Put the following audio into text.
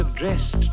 Dressed